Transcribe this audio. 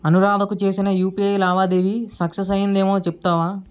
అనురాధకు చేసిన యుపిఐ లావాదేవి సక్సస్ అయ్యిందేమో చెప్తావా